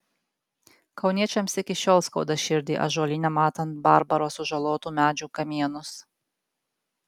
kauniečiams iki šiol skauda širdį ąžuolyne matant barbaro sužalotų medžių kamienus